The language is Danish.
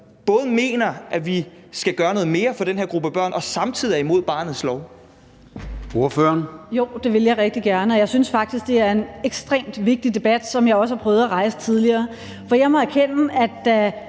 både mener, at vi skal gøre noget mere for denne gruppe børn, og samtidig er imod barnets lov? Kl. 13:20 Formanden (Søren Gade): Ordføreren. Kl. 13:20 Pernille Vermund (NB): Jo, det vil jeg rigtig gerne. Jeg synes faktisk, det er en ekstremt vigtig debat, som jeg også har prøvet at rejse tidligere. For jeg må erkende, at